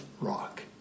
rock